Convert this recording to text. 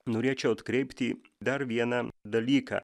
norėčiau atkreipti dar vieną dalyką